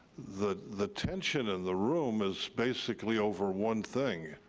the the tension in the room is basically over one thing.